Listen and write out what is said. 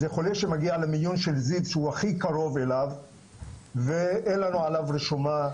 זה חולה שמגיע למיון של זיו שהוא הכי קרוב אליו ואין לנו עליו רשומה,